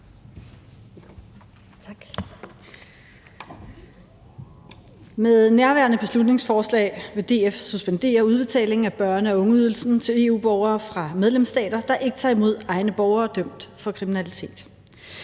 Med nærværende beslutningsforslag vil DF suspendere udbetalingen af børne- og ungeydelsen til EU-borgere fra medlemsstater, der ikke tager imod egne borgere dømt for kriminalitet.